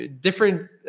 different